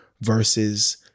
versus